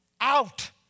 out